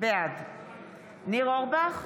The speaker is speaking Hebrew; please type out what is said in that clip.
בעד ניר אורבך,